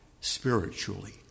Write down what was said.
spiritually